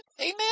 Amen